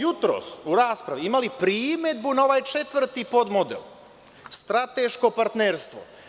Jutros smo u raspravi imali primedbu na ovaj 4. podmodel – strateško partnerstvo.